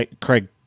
Craig